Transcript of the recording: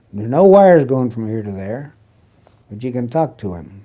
no wires going from here to there, but you can talk to him.